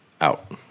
out